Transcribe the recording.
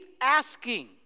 asking